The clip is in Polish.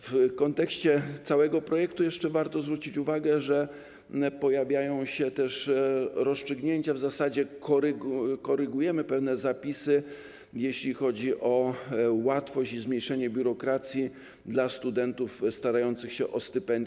W kontekście całego projektu jeszcze warto zwrócić uwagę, że pojawiają się też rozstrzygnięcia, w zasadzie korygujemy pewne zapisy, jeśli chodzi o łatwość i zmniejszenie biurokracji dla studentów starających się o stypendia.